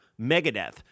Megadeth